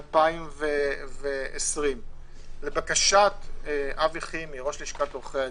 2020. לבקשת אבי חימי, ראש לשכת עורכי הדין,